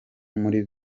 muri